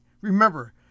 Remember